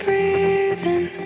Breathing